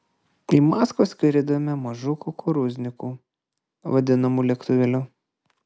į maskvą skridome mažu kukurūzniku vadinamu lėktuvėliu